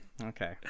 Okay